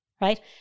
Right